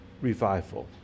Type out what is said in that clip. revival